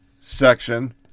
section